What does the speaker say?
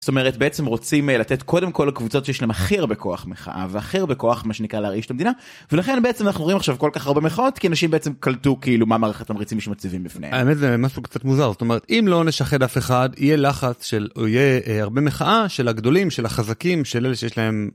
זאת אומרת בעצם רוצים לתת קודם כל לקבוצות שיש להם הכי הרבה כוח מחאה והכי הרבה כוח מה שנקרא להרעיש את המדינה ולכן בעצם אנחנו רואים עכשיו כל כך הרבה מחאות כי אנשים בעצם קלטו כאילו מה מערכת התמריצים שמציבים בפניהם. האמת זה משהו קצת מוזר זאת אומרת אם לא נשחד אף אחד יהיה לחץ של או יהיה הרבה מחאה של הגדולים של החזקים של אלה שיש להם.